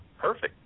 perfect